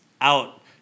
out